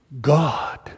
God